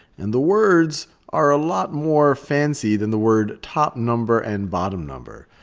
and the words are a lot more fancy than the word top number and bottom number.